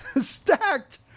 stacked